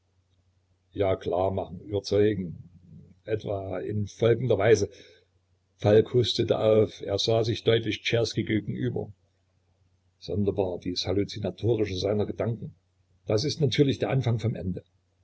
ja klar machen überzeugen etwa in folgender weise falk hustete auf er sah sich deutlich czerski gegenüber sonderbar dies halluzinatorische seiner gedanken das ist natürlich der anfang vom ende